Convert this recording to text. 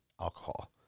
alcohol